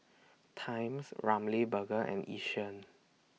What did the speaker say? Times Ramly Burger and Yishion